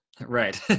right